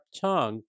tongue